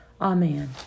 Amen